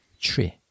tree